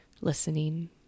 listening